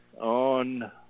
on